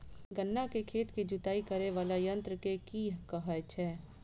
गन्ना केँ खेत केँ जुताई करै वला यंत्र केँ की कहय छै?